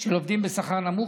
של עובדים בשכר נמוך,